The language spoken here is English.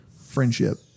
friendship